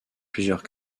plusieurs